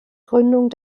gründung